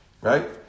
right